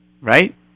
Right